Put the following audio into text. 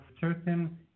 certain